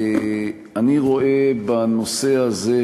אני רואה בנושא הזה,